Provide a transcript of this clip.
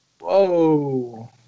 Whoa